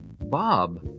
Bob